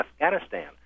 Afghanistan